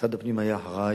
משרד הפנים היה אחראי